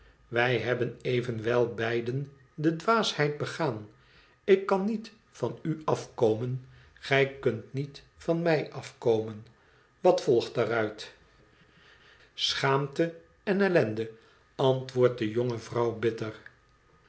wij hebben evenwel beiden de dwaasheid begaan ik kan niet van u afkomen gij kunt niet van mij afkomen wat volgt daaruit schaamte en ellende antwoordt de jonge vrouw bitter